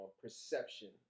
perception